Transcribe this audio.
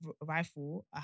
rifle